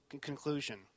conclusion